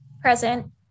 Present